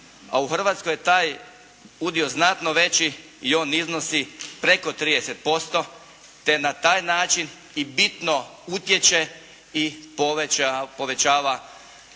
a u Hrvatskoj je taj udio znatno veći i on iznosi preko 30% te na taj način i bitno utječe i povećava taj